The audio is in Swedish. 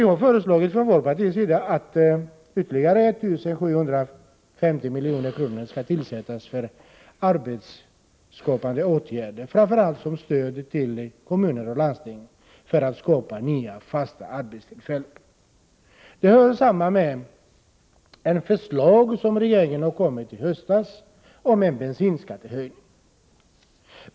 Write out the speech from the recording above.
Vi har från vårt parti föreslagit att ytterligare 1 750 milj.kr. skall avsättas för arbetsskapande åtgärder, framför allt som stöd till kommuner och landsting för att skapa nya, fasta arbetstillfällen. Det hör samman med det förslag om bensinskattehöjning som regeringen lade fram i höstas.